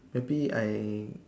maybe I